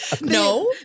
no